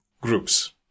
groups